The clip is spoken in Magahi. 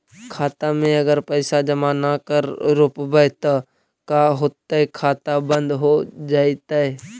खाता मे अगर पैसा जमा न कर रोपबै त का होतै खाता बन्द हो जैतै?